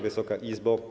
Wysoka Izbo!